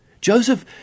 Joseph